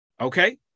Okay